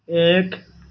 एक